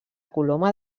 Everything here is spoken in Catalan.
coloma